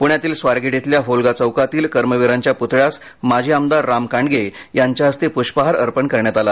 प्ण्यातील स्वारगेट इथल्या व्होल्गा चौकातील कर्मवीरांच्या प्तळ्यास माजी आमदार राम कांडगे यांच्या हस्ते पुष्पहार अर्पण करण्यात आला